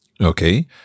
Okay